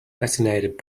fascinated